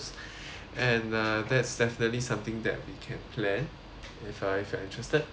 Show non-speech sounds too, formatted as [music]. [breath] and uh that's definitely something that we can plan if uh if you're interested